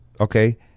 okay